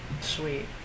Sweet